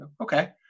Okay